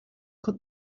cut